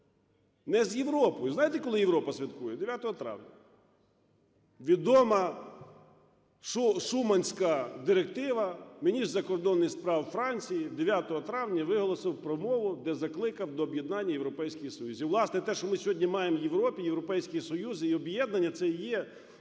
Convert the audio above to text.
не з Європою. Знаєте, коли Європа святкує? 9 травня. Відома Шуманська директива: міністр закордонних справ Франції 9 травня виголосив промову, де закликав до об'єднання в Європейський Союз. І, власне, те, що ми сьогодні маємо в Європі Європейський Союз і об'єднання, – це